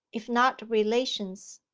if not relations.